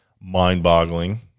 mind-boggling